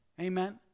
Amen